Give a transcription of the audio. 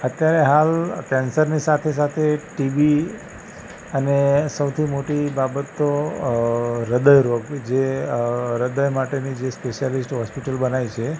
અત્યારે હાલ કૅન્સરની સાથે સાથે ટી બી અને સૌથી મોટી બાબત તો અ હૃદયરોગ જે અ હૃદય માટેની જે સ્પેશિયાલિસ્ટ હૉસ્પિટલ બનાવી છે